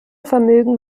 vermögen